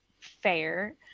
fair